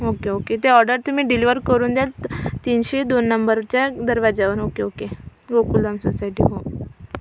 okay okay ते order तुम्ही deliver करून द्यात तीनशे दोन नंबरच्या दरवाज्यावर ओके ओके गोकुलधाम सोसायटी हो